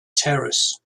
terrace